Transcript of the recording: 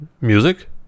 music